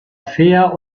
fair